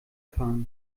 fahren